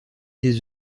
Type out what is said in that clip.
des